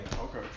Okay